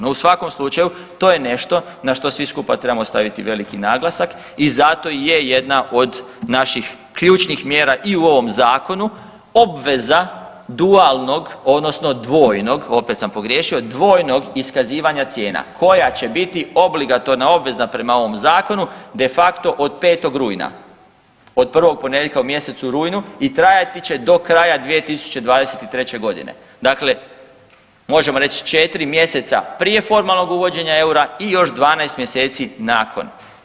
No u svakom slučaju, to je nešto na što svi skupa trebamo staviti veliki naglasak i zato i je jedna od naših ključnih mjera i u ovom Zakonu obveza dualnog odnosno dvojnog, opet sam pogriješio, dvojno iskazivanja cijena koja će biti obligatorna obveza prema ovom Zakonu de facto od 5. rujna, od prvog ponedjeljka u mjesecu rujnu i trajati će do kraja 2023. g. Dakle, možemo reći, 4. mjeseca prije formalnog uvođenja i još 12 mjeseci nakon.